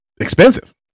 expensive